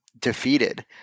defeated